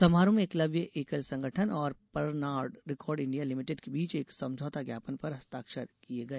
समारोह में एकलव्य एकल संगठन और परनार्ड रिकॉर्ड इंडिया लिमिटेड के बीच एक समझौता ज्ञापन पर हस्ताक्षर किए गए